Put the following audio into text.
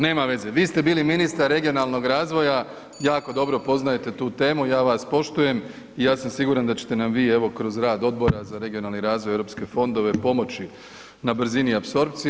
Nema veze, vi ste bili ministar regionalnog razvoja jako dobro poznajte tu temu i ja vas poštujem i ja sam siguran da ćete nam vi evo kroz rad Odbora za regionalni razvoj i europske fondove pomoći na brzini apsorpcije.